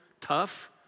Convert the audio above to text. tough